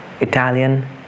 Italian